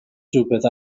rhywbeth